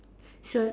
sir